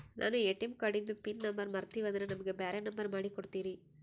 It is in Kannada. ನಾನು ಎ.ಟಿ.ಎಂ ಕಾರ್ಡಿಂದು ಪಿನ್ ನಂಬರ್ ಮರತೀವಂದ್ರ ನಮಗ ಬ್ಯಾರೆ ನಂಬರ್ ಮಾಡಿ ಕೊಡ್ತೀರಿ?